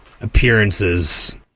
appearances